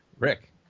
rick